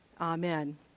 Amen